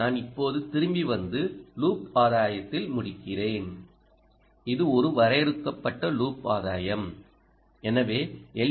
எனவே நான் இப்போது திரும்பி வந்து லூப் ஆதாயத்தில் முடிக்கிறேன் இது ஒரு வரையறுக்கப்பட்ட லூப் ஆதாயம் எனவே எல்